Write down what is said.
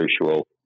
crucial